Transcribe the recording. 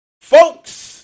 folks